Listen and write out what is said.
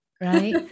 right